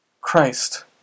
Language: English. Christ